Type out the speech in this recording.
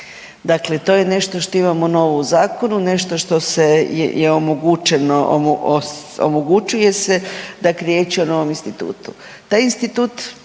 Dakle, to je nešto što imamo novo u zakonu, nešto što se je omogućeno, omogućuje se dakle riječ je o novom institutu.